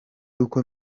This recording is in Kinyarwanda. uko